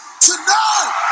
tonight